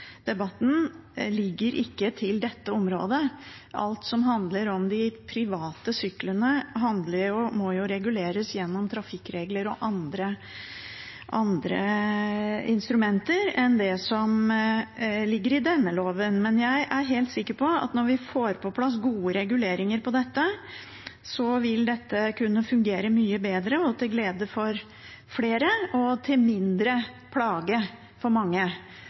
ligger ikke til dette området. Alt som handler om de private syklene, må reguleres gjennom trafikkregler og andre instrumenter enn det som ligger i denne loven. Men jeg er helt sikker på at når vi får på plass gode reguleringer for dette, vil det kunne fungere mye bedre, til glede for flere og til mindre plage for mange.